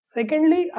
Secondly